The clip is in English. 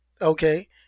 okay